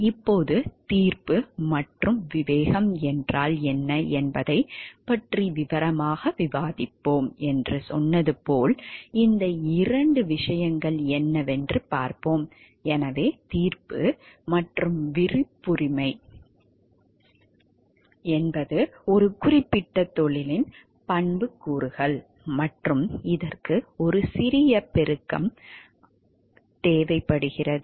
இப்போது தீர்ப்பு மற்றும் விவேகம் என்றால் என்ன என்பதைப் பற்றி விரிவாக விவாதிப்போம் என்று சொன்னது போல் இந்த இரண்டு விஷயங்கள் என்னவென்று பார்ப்போம் எனவே தீர்ப்பு மற்றும் விருப்புரிமை என்பது ஒரு குறிப்பிட்ட தொழிலின் பண்புக்கூறுகள் மற்றும் இதற்கு ஒரு சிறிய பெருக்கம் தேவைப்படுகிறது